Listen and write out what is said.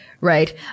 Right